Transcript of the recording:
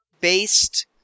based